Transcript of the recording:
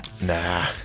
Nah